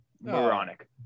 Moronic